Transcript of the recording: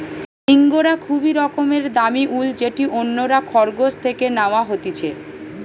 ইঙ্গরা খুবই রকমের দামি উল যেটি অন্যরা খরগোশ থেকে ন্যাওয়া হতিছে